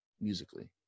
musically